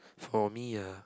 for me ah